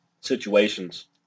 situations